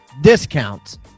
discounts